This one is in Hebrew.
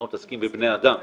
אנחנו מתעסקים בבני האדם.